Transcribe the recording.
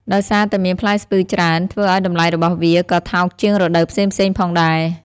ដោយសារតែមានផ្លែស្ពឺច្រើន ធ្វើឲ្យតម្លៃរបស់វាក៏ថោកជាងរដូវផ្សេងៗផងដែរ។